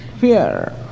fear